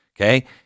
Okay